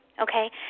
okay